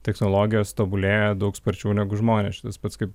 technologijos tobulėja daug sparčiau negu žmonės čia tas pats kaip